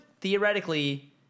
theoretically